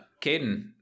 Caden